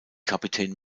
kapitän